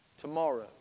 Tomorrow